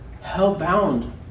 hell-bound